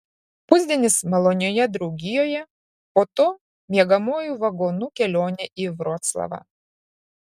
pusdienis malonioje draugijoje po to miegamuoju vagonu kelionė į vroclavą